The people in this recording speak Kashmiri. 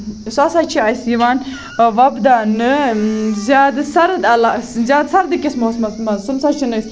سُہ سا چھُ اَسہِ یِوان وۄپداونہٕ زیادٕ سَرٕد علاق زیادٕ سَردٕ کِس موسمَس منٛز سُہ نہ سا چھُنہٕ